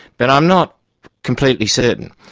but i'm not completely certain.